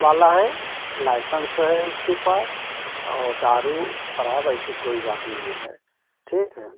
वाला है लाइसेंस है उसके पास दारू शराब ऐसी कोई बात नहीं है ठीक है